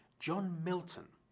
john milton,